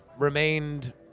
remained